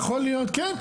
כן.